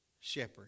shepherd